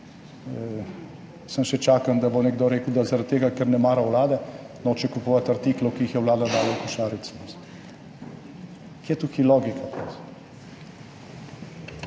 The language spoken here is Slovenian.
Samo še čakam, da bo nekdo rekel, da zaradi tega, ker ne mara vlade, noče kupovati artiklov, ki jih je vlada dala v košarico. Kje je tukaj logika?